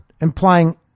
implying